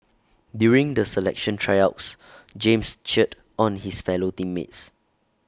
during the selection Tryouts James cheered on his fellow team mates